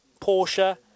Porsche